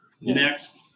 next